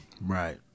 Right